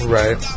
right